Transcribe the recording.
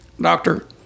doctor